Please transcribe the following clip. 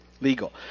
legal